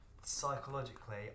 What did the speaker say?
psychologically